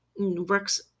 works